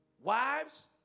Wives